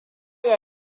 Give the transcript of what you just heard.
ya